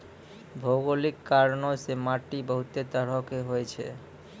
भौगोलिक कारणो से माट्टी बहुते तरहो के होय छै